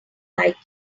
like